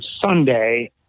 Sunday